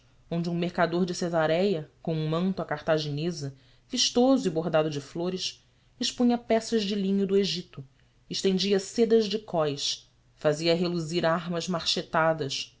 onde um mercador de cesaréia com um manto a cartaginesa vistoso e bordado de flores expunha peças de linho do egito estendia sedas de cós fazia reluzir armas marchetadas